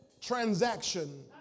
transaction